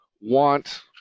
want